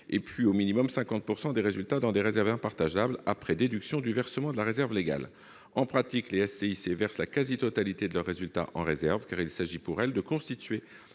et au minimum 50 % des résultats, dans des réserves impartageables, après déduction du versement à la réserve légale. En pratique, les SCIC versent la quasi-totalité de leurs résultats en réserves, car il s'agit pour elles de constituer